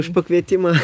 už pakvietimą